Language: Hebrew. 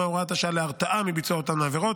הוראת השעה להרתעה מביצוע אותן העבירות.